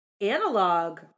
analog